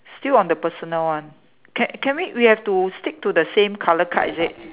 still on the personal one can can we we have to stick to the same colour card is it